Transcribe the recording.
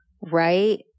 right